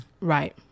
right